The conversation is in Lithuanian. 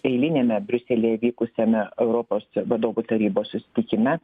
eiliniame briuselyje vykusiame europos vadovų tarybos susitikime